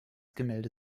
gemälde